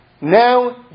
Now